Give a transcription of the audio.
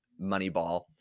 moneyball